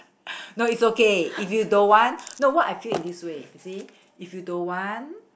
no it's okay if you don't want no what I feel in this way you see if you don't want